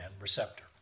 receptor